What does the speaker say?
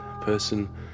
person